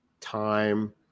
time